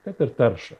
kad ir taršą